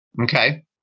Okay